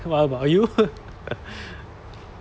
what about you